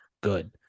good